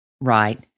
Right